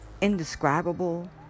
indescribable